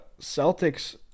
Celtics